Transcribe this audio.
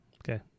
Okay